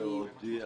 הם רוצים